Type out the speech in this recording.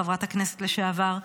חברת הכנסת לשעבר,